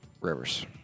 Rivers